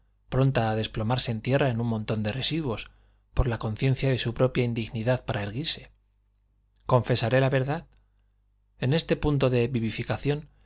pronta a desplomarse en tierra en un montón de residuos por la conciencia de su propia indignidad para erguirse confesaré la verdad en este punto de vivificación